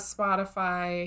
Spotify